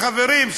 חברים,